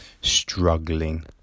struggling